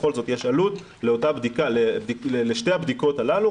בכל זאת יש עלות לשתי הבדיקות הללו,